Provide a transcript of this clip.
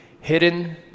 Hidden